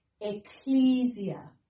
ecclesia